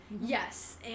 yes